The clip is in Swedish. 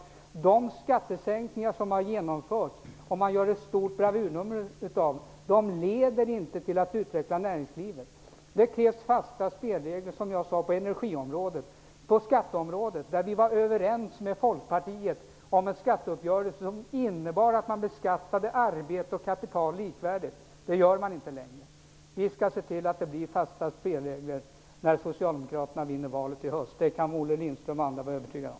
De skattesänkningar som genomförts och som man gör ett stort bravurnummer av leder inte till att utveckla näringslivet. Det krävs fasta spelregler på energiområdet, som jag sade tidigare, och på skatteområdet. Vi var överens med Folkpartiet om en skatteuppgörelse som innebar att man beskattade arbete och kapital likvärdigt. Det gör man inte längre. Vi socialdemokrater skall se till att det blir fasta spelregler när Socialdemokraterna vinner valet i höst. Det kan Olle Lindström och andra vara övertygade om.